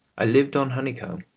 i lived on honeycomb.